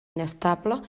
inestable